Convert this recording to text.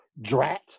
drat